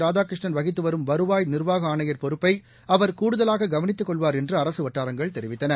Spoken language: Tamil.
ராதாகிருஷ்ணன் வகித்துவரும் வருவாய் நிர்வாகஆணையர் பொறப்பைஅவர் கூடுதலாககவனித்துகொள்வாா் என்றுஅரசுவட்டாரங்கள் தெரிவித்தன